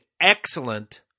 excellent